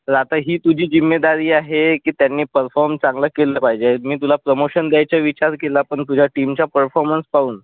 तर आता ही तुझी जिम्मेदारी आहे की त्यांनी परफॉर्म चांगला केला पाहिजे मी तुला प्रमोशन द्यायचं विचार केला पण तुझ्या टीमचा परफॉर्मन्स पाहून